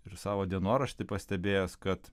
ir savo dienorašty pastebėjęs kad